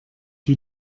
you